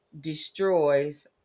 destroys